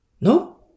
No